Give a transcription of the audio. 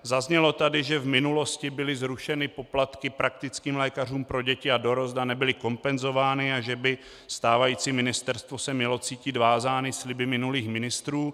Zaznělo tady, že v minulosti byly zrušeny poplatky praktickým lékařům pro děti a dorost a nebyly kompenzovány a že by se stávající ministerstvo mělo cítit vázáno sliby minulých ministrů.